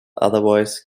otherwise